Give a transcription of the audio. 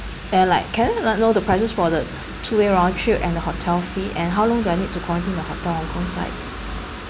and like can I like know the prices for the two way round trip and the hotel fee and how long do I need to quarantine in the hotel hong kong side